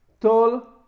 tall